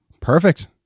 Perfect